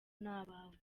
n’abawe